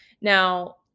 Now